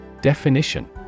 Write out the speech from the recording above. Definition